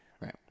right